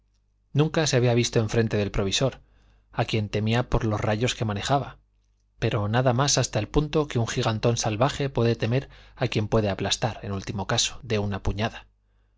nunca se había visto enfrente del provisor a quien temía por los rayos que manejaba pero nada más hasta el punto que un gigantón salvaje puede temer a quien puede aplastar en último caso de una puñada